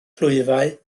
clwyfau